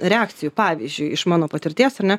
reakcijų pavyzdžiui iš mano patirties ar ne